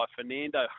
Fernando